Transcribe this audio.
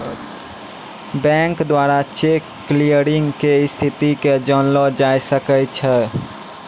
bank द्वारा cheque clearing के स्थिति के जानलो जाय सकै छै